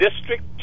district